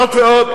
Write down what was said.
זאת ועוד,